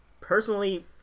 personally